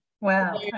wow